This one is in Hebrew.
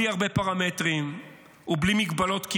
בלי הרבה פרמטרים וכמעט בלי הגבלות,